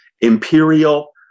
imperial